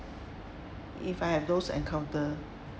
if I have those encounter